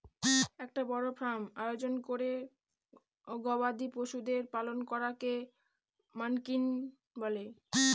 একটা বড় ফার্ম আয়োজন করে গবাদি পশুদের পালন করাকে রানচিং বলে